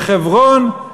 בחברון,